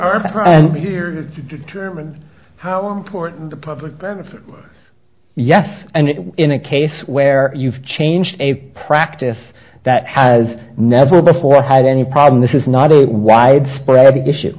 started here to determine how important the public benefit yes and it was in a case where you've changed a practice that has never before had any problem this is not a widespread issue